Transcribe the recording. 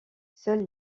seuls